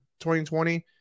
2020